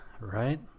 right